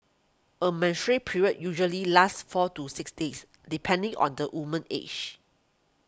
a menstrual period usually lasts four to six days depending on the woman's age